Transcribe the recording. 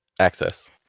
access